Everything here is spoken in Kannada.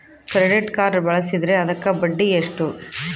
ಕ್ರೆಡಿಟ್ ಕಾರ್ಡ್ ಬಳಸಿದ್ರೇ ಅದಕ್ಕ ಬಡ್ಡಿ ಎಷ್ಟು?